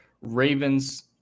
Ravens